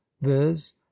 viz